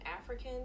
African